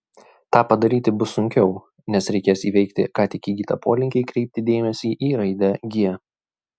tą padaryti bus sunkiau nes reikės įveikti ką tik įgytą polinkį kreipti dėmesį į raidę g